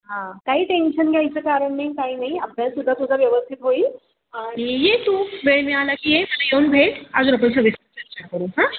हां काही टेन्शन घ्यायचं कारण नाही काही नाही अभ्यास सुद्धा तुझा व्यवस्थित होईल आणि ये तू वेळ मिळाला की ये येऊन येऊन भेट अजून आपण सविस्तर चर्चा करू हां